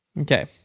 Okay